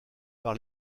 par